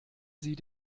sie